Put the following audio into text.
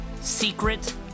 secret